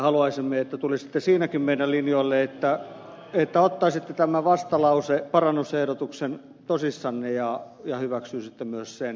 haluaisimme että tulisitte siinäkin meidän linjoillemme että ottaisitte vastalauseparannusehdotuksen tosissanne ja hyväksyisitte myös sen